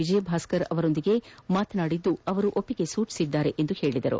ವಿಜಯ್ ಭಾಸ್ಕರ್ ಅವರೊಂದಿಗೆ ಮಾತನಾಡಿದ್ದು ಒಪ್ಪಿಗೆ ಸೂಚಿಸಿದ್ದಾರೆ ಎಂದು ಹೇಳಿದರು